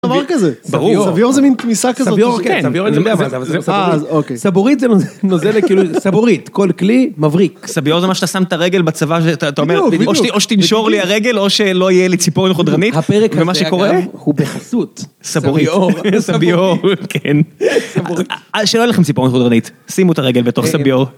סביעור זה מין תמיסה כזאת. סביור כן. סבורית זה נוזל כאילו סבורית, כל כלי מבריק. סביעור זה מה שאתה שם את הרגל בצבא, או שתנשור לי הרגל או שלא יהיה לי ציפורן חודרנית. והפרק הזה היה גם, הוא בחסות סבורית. סביעור. שלא יהיו לכם ציפור חודרנית. שימו את הרגל בתוך סביעור.